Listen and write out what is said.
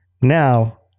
Now